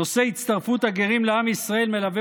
נושא הצטרפות הגרים לעם ישראל מלווה